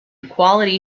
quality